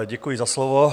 Děkuji za slovo.